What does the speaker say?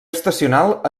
estacional